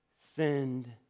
send